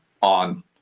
on